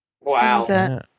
Wow